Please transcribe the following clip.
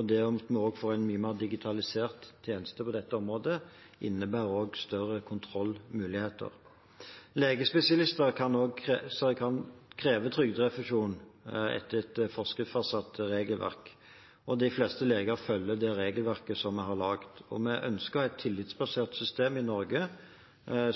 Det at vi også får en mye mer digitalisert tjeneste på dette området innebærer større kontrollmuligheter. Legespesialister kan kreve trygderefusjon etter et forskriftsfastsatt regelverk. De fleste leger følger det regelverket som vi har laget. Vi ønsker å ha et tillitsbasert system i Norge,